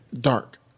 dark